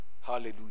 hallelujah